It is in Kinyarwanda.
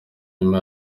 nyuma